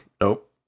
Nope